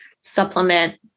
supplement